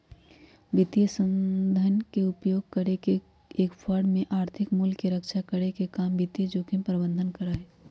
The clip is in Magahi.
वित्तीय साधन के उपयोग करके एक फर्म में आर्थिक मूल्य के रक्षा करे के काम वित्तीय जोखिम प्रबंधन करा हई